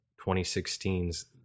2016's